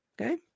Okay